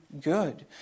good